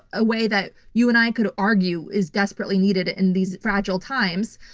a way that you and i could argue is desperately needed in these fragile times,